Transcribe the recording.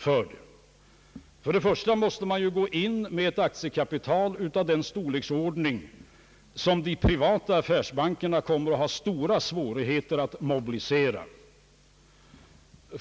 För det första måste man starta med ett aktiekapital av en storleksordning som de privata affärsbankerna kommer att ha stora svårigheter att mobilisera.